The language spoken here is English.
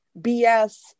BS